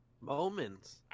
Moments